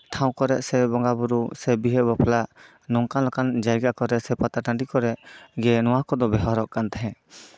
ᱴᱷᱟᱶ ᱠᱚᱨᱮᱜ ᱵᱚᱸᱜᱟ ᱵᱳᱨᱳ ᱥᱮ ᱵᱤᱦᱟᱹ ᱵᱟᱯᱞᱟ ᱱᱚᱝᱠᱟ ᱞᱮᱠᱟᱱ ᱡᱟᱭᱜᱟ ᱠᱚᱨᱮᱜ ᱥᱮ ᱯᱟᱛᱟ ᱴᱟᱺᱰᱤ ᱠᱚᱨᱮᱜ ᱜᱮ ᱱᱚᱣᱟ ᱠᱚᱫᱚ ᱵᱮᱣᱦᱟᱨᱚᱜ ᱠᱟᱱ ᱛᱟᱦᱮᱸᱜ